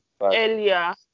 earlier